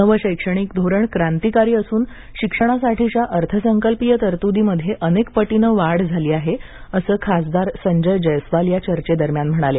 नवं शैक्षणिक धोरण क्रांतीकारी असून शिक्षणसाठीच्या अर्थसंकल्पीय तरतूदीमध्ये अनेक पटीनं वाढ झाली आहे असं खासदार संजय जयस्वाल या चर्चेदरम्यान म्हणाले